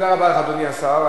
תודה רבה לך, אדוני השר.